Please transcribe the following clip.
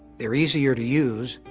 they're easier to use,